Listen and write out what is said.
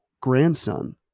grandson